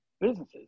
businesses